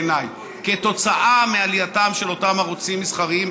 בעיניי: כתוצאה מעלייתם של אותם ערוצים מסחריים,